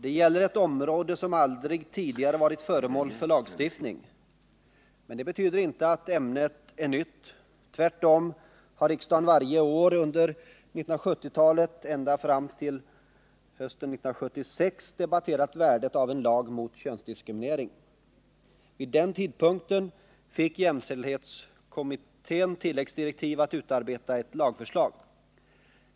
Det gäller ett område som aldrig tidigare varit föremål för lagstiftning. Men det betyder inte att ämnet är nytt — tvärtom har riksdagen varje år under 1970-talet ända fram till hösten 1976 debatterat värdet av en lag mot könsdiskriminering. Det året fick jämställdhetskommittén tilläggsdirektiv att utarbeta ett lagförslag.